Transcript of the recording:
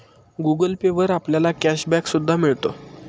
Google Pay वर आपल्याला cash back सुद्धा मिळतो